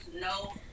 no